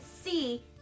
see